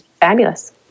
fabulous